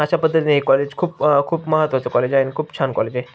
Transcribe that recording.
अश पद्धतीने हे कॉलेज खूप खूप महत्वांच कॉलेज आहेन खूप छान कॉलेज आहे